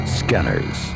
scanners